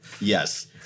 Yes